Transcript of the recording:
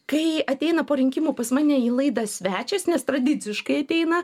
kai ateina po rinkimų pas mane į laidą svečias nes tradiciškai ateina